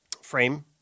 frame